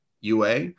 UA